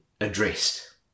addressed